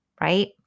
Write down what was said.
right